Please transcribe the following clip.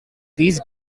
these